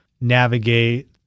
navigate